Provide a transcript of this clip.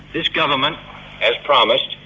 this government has promised,